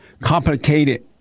complicated